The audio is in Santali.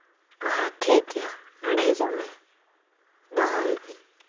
ᱦᱮᱸ ᱴᱷᱤᱠ ᱜᱮᱭᱟ ᱱᱚᱸᱰᱮ ᱦᱤᱡᱩᱜ ᱢᱮ ᱫᱚᱦᱚᱭ ᱤᱫᱟᱹᱧ